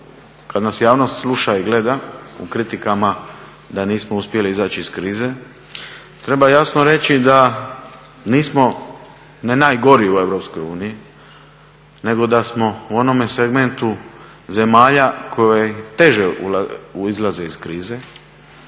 tako kad javnost sluša i gleda u kritikama da nismo uspjeli izaći iz krize, treba jasno reći da nismo, ne najgori u EU, nego da smo u onome segmentu zemalja koji teže izlaze iz krize.